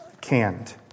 canned